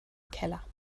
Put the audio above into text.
keller